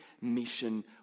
mission